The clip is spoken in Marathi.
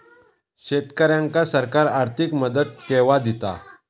शेतकऱ्यांका सरकार आर्थिक मदत केवा दिता?